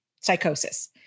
Psychosis